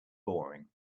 boring